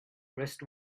rest